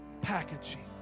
packaging